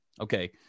okay